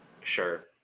Sure